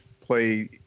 play